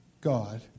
God